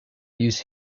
use